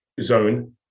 zone